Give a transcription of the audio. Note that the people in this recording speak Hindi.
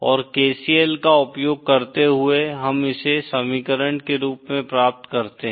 और KCL का उपयोग करते हुए हम इसे समीकरण के रूप में प्राप्त करते हैं